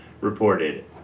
reported